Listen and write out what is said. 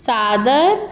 सादर